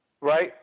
right